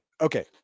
Okay